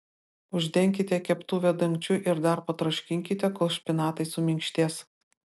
uždenkite keptuvę dangčiu ir dar patroškinkite kol špinatai suminkštės